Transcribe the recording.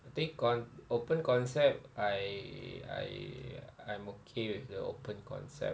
I think con~ open concept I I I'm okay with the open concept